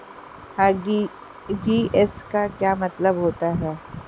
RTGS का क्या मतलब होता है?